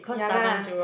ya lah